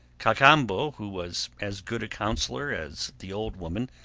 cacambo, who was as good a counsellor as the old woman,